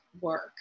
work